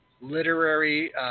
literary